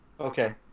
Okay